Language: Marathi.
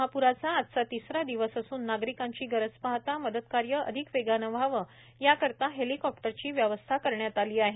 या महापुराचा आजचा तिसरा दिवस असून नागरिकांची गरज पाहता मदत कार्य अधिक वेगाने व्हावे या करिता हेलिकॉप्टरची व्यवस्था करण्यात आली आहे